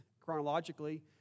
chronologically